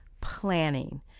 planning